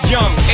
Young